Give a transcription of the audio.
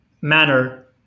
manner